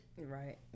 Right